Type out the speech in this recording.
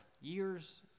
years